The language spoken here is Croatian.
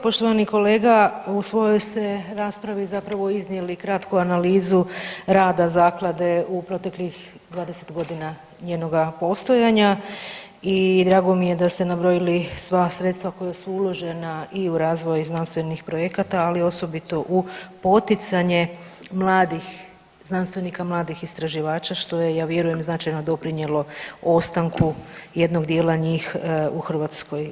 Poštovani kolega u svojoj ste raspravi zapravo iznijeli kratku analizu rada zaklade u proteklih 20 godina njenoga postojanja i drago mi je da ste nabrojili sva sredstva koja su uložena i u razvoj znanstvenih projekata, ali osobito u poticanje mladih znanstvenika, mladih istraživača što je ja vjerujem značajno doprinijelo ostanku jednog dijela njih u Hrvatskoj.